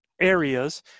areas